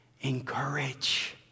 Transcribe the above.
encourage